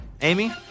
Amy